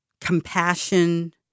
compassion